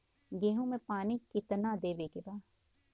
गेहूँ मे पानी कितनादेवे के बा?